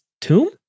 tomb